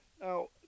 Now